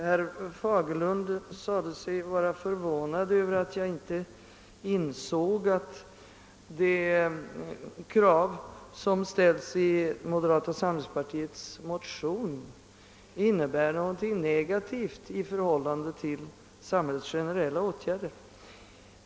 Herr talman! Herr Fagerlund sade sig vara förvånad över att jag inte insåg att de krav som ställs i moderata samlingspartiets motion innebär någonting negativt i förhållande till samhällets generella åtgärder.